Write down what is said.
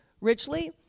richly